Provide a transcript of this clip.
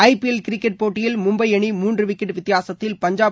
ஐ P L cricket போட்டியில் மும்பை அணி மூன்று விக்கெட் வித்தியாசத்தில் பஞ்சாப்